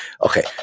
Okay